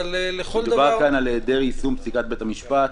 אבל לכל דבר --- מדובר כאן על היעדר יישום פסיקת בית המשפט.